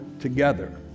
together